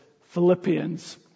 Philippians